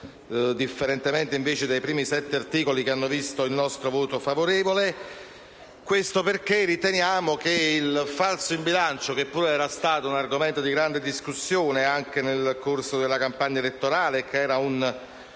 differentemente invece dai primi sette articoli del provvedimento, che hanno visto il nostro voto favorevole. Riteniamo che il falso in bilancio, che pure era stato un argomento di grande discussione, anche nel corso della campagna elettorale, e il